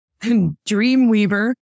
Dreamweaver